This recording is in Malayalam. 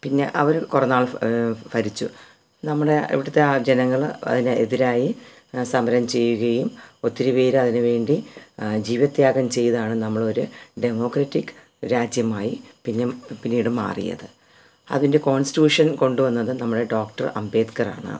പിന്നെ അവരും കുറെ നാൾ ഭരിച്ചു ഭരിച്ചു നമ്മുടെ ഇവിടത്തെ ജനങ്ങൾ അതിനെതിരായി സമരം ചെയ്യുകയും ഒത്തിരി പേരതിനുവേണ്ടി ജീവത്യാഗം ചെയ്താണ് നമ്മളൊരു ഡമോക്രാറ്റിക് രാജ്യമായി പിന്നീട് പിന്നീട് മാറിയത് അതിൻ്റെ കോൺസ്റ്റിട്യൂഷൻ കൊണ്ടുവന്നത് നമ്മുടെ ഡോക്ടർ അംബേദ്കറാണ്